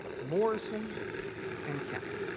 morrison and can't.